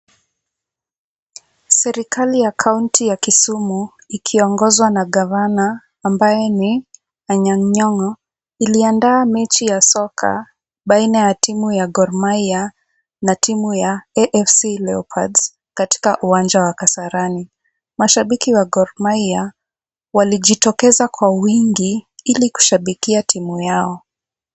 Serikali ya kaunti ya Kisumu ikiongozwa na gavana ambaye ni Anyang Nyongo, iliandaa mechi ya soka baina ya timu ya Gor Maiya na timu ya AFC Leopards katika uwanja wa Kasarani .Mashabiki wa Gor Maiya walijitokeza kwa wingi ili kushabikia timu yao.